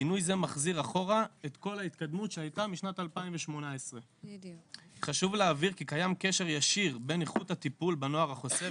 שינוי זה מחזיר אחורה את כל ההתקדמות שהייתה משנת 2018. חשוב להבהיר כי קיים קשר ישיר בין איכות הטיפול בנוער החוסה,